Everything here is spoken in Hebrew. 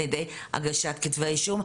על ידי הגשת כתבי אישום,